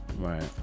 Right